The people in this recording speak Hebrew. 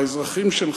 האזרחים שלך,